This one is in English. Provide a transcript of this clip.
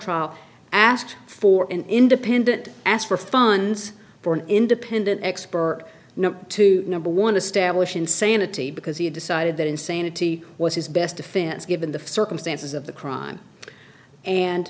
trial asked for an independent asked for funds for an independent expert not to number one establish insanity because he decided that insanity was his best defense given the circumstances of the crime and